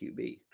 QB